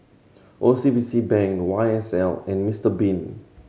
O C B C Bank Y S L and Mister Bean